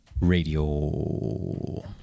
radio